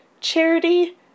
charity